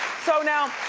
so now,